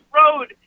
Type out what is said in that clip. road